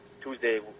Tuesday